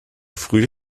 früh